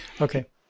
Okay